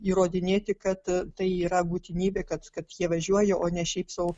įrodinėti kad tai yra būtinybė kad kad jie važiuoja o ne šiaip sau